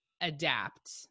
adapt